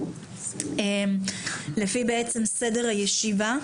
לפי בעצם סדר הישיבה.